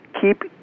keep